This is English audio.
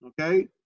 Okay